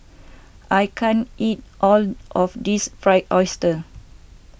I can't eat all of this Fried Oyster